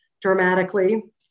dramatically